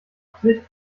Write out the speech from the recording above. absicht